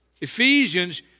Ephesians